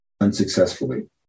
unsuccessfully